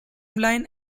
line